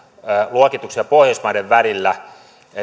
luokituksia pohjoismaiden välillä